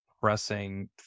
pressing